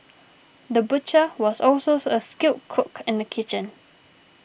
the butcher was also a skilled cook in the kitchen